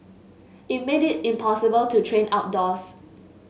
it made it impossible to train outdoors